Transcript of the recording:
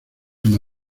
una